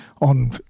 on